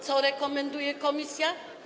Co rekomenduje komisja?